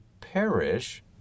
perish